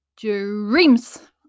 dreams